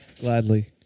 Gladly